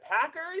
packers